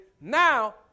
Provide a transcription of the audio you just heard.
now